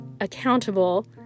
accountable